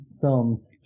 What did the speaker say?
films